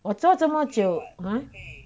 我做这么久 ha